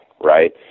right